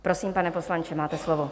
Prosím, pane poslanče, máte slovo.